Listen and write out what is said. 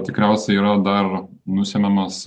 tikriausiai yra dar nusemiamas